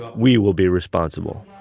we will be responsible,